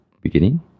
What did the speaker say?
beginning